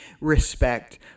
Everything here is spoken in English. respect